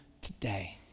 today